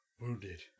Wounded